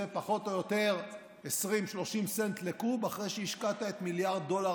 זה פחות או יותר 20 30 סנט לקוב אחרי שהשקעת את מיליארד הדולר